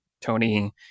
Tony